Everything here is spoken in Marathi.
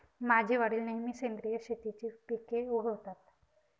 माझे वडील नेहमी सेंद्रिय शेतीची पिके उगवतात